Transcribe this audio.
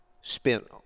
spent